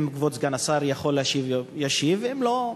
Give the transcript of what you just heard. אם כבוד סגן השר יכול להשיב, ישיב, ואם לא,